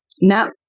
No